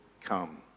come